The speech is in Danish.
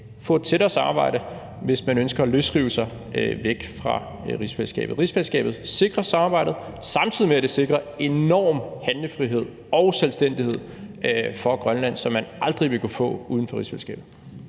få et tættere samarbejde, hvis man ønsker at løsrive sig væk fra rigsfællesskabet. Rigsfællesskabet sikrer samarbejdet, samtidig med at det sikrer en enorm handlefrihed og selvstændighed for Grønland, som man aldrig ville kunne få uden for rigsfællesskabet.